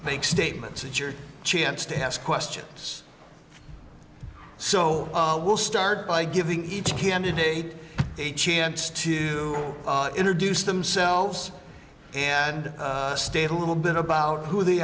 make statements that your chance to ask questions so we'll start by giving each candidate a chance to introduce themselves and state a little bit about who they